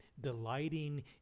delighting